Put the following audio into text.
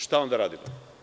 Šta onda radimo?